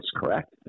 correct